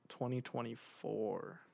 2024